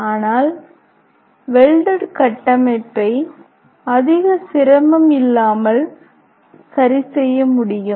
ஆனால் ஒரு வெல்டெட் கட்டமைப்பை அதிக சிரமம் இல்லாமல் சரிசெய்ய முடியும்